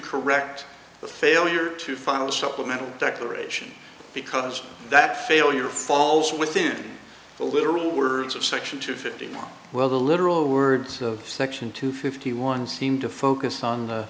correct the failure to final supplemental declaration because that failure falls within the literal words of section two fifty well the literal words of section two fifty one seem to focus on the